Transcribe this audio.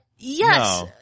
Yes